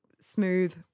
smooth